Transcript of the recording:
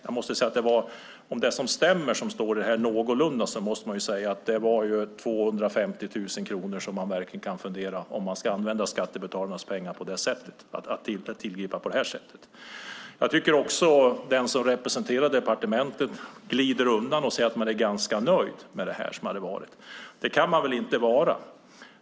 Jag måste säga att om detta stämmer någorlunda måste man verkligen fundera om man ska använda 250 000 kronor av skattebetalarnas pengar på det sättet. Jag tycker också att den som representerar departementet glider undan och säger att man är ganska nöjd med det som varit. Det kan man väl inte vara.